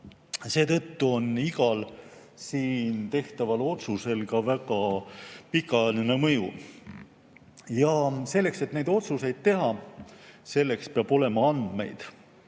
Seetõttu on igal siin tehtaval otsusel ka väga pikaajaline mõju. Selleks, et neid otsuseid teha, peab olema andmeid.